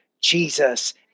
Jesus